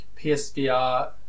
PSVR